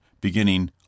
beginning